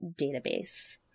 database